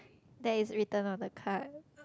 that is written on the card